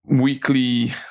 weekly